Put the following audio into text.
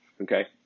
okay